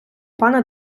пане